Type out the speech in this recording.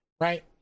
right